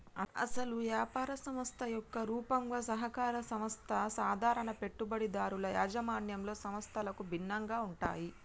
అసలు యాపార సంస్థ యొక్క రూపంగా సహకార సంస్థల సాధారణ పెట్టుబడిదారుల యాజమాన్యంలోని సంస్థలకు భిన్నంగా ఉంటాయి